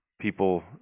people